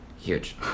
huge